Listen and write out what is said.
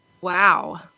Wow